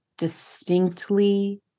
distinctly